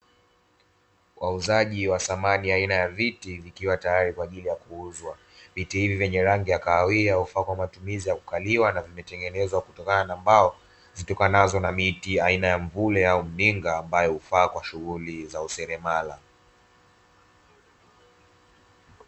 Wauzaji wa samani aina ya viti, vikiwa tayari kwa ajili ya kuuzwa viti hivi vyenye rangi ya kahawia vinafaa kwa matumizi ya kukaliwa vimetengenezwa kwa mbao, zitokanazo na miti aina ya mvule au mninga ambao hufaa kwa shughuli za useremala.